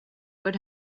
would